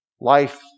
Life